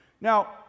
now